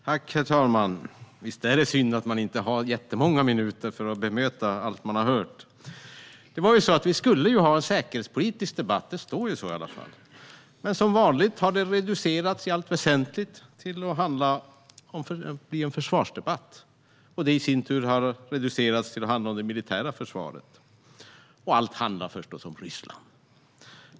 Herr talman! Visst är det synd att man inte har jättemånga minuter för att bemöta allt man har hört? Vi skulle ha en säkerhetspolitisk debatt. Det står så i alla fall. Men som vanligt har debatten i allt väsentligt reducerats till att bli en försvarsdebatt. Det i sin tur har reducerats till att handla om det militära försvaret. Och allt handlar förstås om Ryssland.